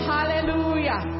Hallelujah